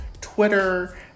Twitter